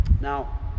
Now